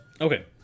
Okay